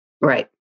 Right